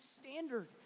standard